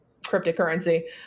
cryptocurrency